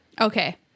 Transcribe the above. Okay